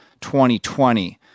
2020